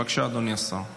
בבקשה, אדוני השר.